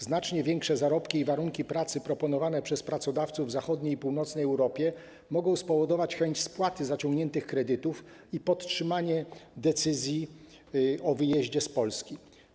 Znacznie większe zarobki i lepsze warunki pracy proponowane przez pracodawców w zachodniej i północnej Europie mogą spowodować chęć spłaty zaciągniętych kredytów i podtrzymanie decyzji o wyjeździe z Polski.